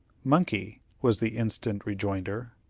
monkey, was the instant rejoinder.